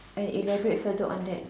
and elaborate further on that